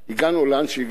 הגענו לאן שהגענו,